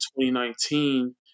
2019